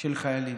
של חיילים.